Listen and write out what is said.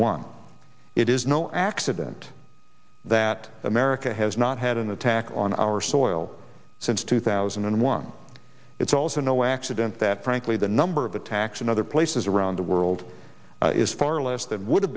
one it is no accident that america has not had an attack on our soil since two thousand and one it's also no accident that frankly the number of attacks in other places around the world is far less than would